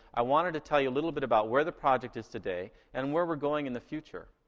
i wanted to tell you a little bit about where the project is today and where we're going in the future.